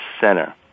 Center